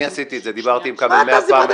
אני עשיתי את זה, דיברתי עם כבל מאה פעם.